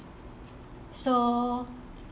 so